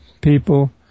people